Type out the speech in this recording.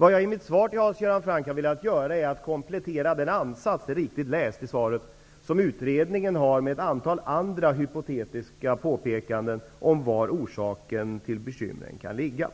Vad jag i mitt svar till Hans Göran Franck har velat göra är att komplettera den ansats -- Hans Göran Franck har läst svaret riktigt -- som utredningen har med ett antal andra hypotetiska påpekanden om var orsaken till bekymren kan ligga.